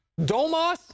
Domas